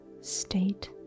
state